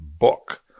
book